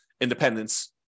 independence